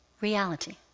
reality